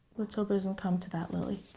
let's hope it doesn't come to that, lily.